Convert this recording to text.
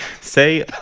Say